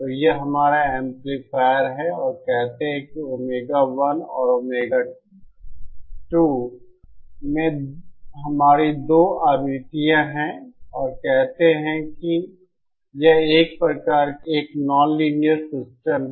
तो यह हमारा एम्पलीफायर है और कहते हैं कि ओमेगा 1 और ओमेगा 2 में हमारी 2 आवृत्तियां हैं और कहते हैं कि यह एक प्रकार का यह एक नॉनलाइनर सिस्टम है